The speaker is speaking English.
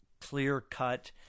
clear-cut